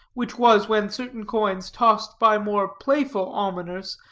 which was when certain coins, tossed by more playful almoners,